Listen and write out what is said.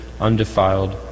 undefiled